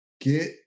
get